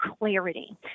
clarity